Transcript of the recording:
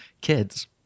kids